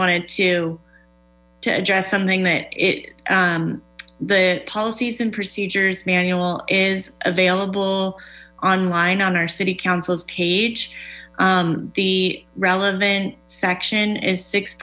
wanted to to address something that it the policies and procedures manual is available online on our city council's page the relevant section is six